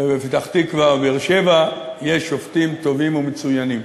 בפתח-תקווה ובבאר-שבע יש שופטים טובים ומצוינים.